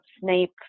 Snape